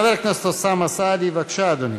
חבר הכנסת אוסאמה סעדי, בבקשה, אדוני.